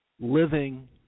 living